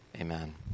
Amen